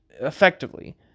effectively